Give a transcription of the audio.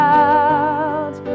out